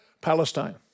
Palestine